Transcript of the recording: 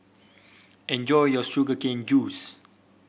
enjoy your Sugar Cane Juice